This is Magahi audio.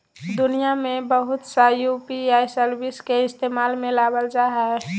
दुनिया में बहुत सा यू.पी.आई सर्विस के इस्तेमाल में लाबल जा हइ